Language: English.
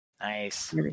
Nice